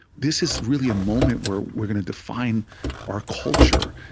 this is really a moment where we're gonna define our culture,